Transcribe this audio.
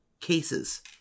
cases